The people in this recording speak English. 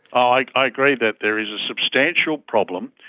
i i agree that there is a substantial problem,